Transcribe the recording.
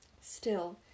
Still